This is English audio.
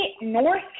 North